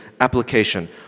application